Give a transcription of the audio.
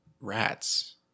rats